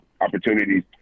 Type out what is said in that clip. opportunities